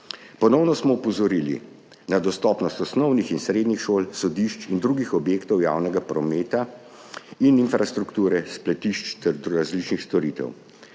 Ponovno smo opozorili na dostopnost osnovnih in srednjih šol, sodišč in drugih objektov javnega prometa in infrastrukture, spletišč ter različnih storitev.